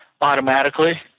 automatically